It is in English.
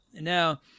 now